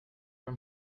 your